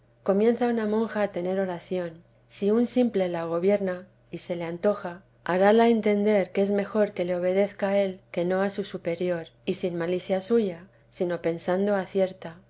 comienza una monja a tener oración si un simple la gobierna y se le antoja harále entender que es mejor vida de la santa madke que le obedezca a él que no a su superior y sin malicia suya sino pensando acierta